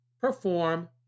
perform